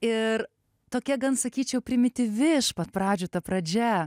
ir tokia gan sakyčiau primityvi iš pat pradžių ta pradžia